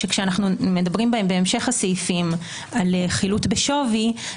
שכשאנו מדברים בהמשך הסעיפים על חילוט בשווי,